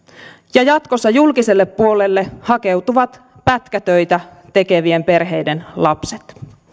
ja jatkossa julkiselle puolelle hakeutuvat pätkätöitä tekevien perheiden lapset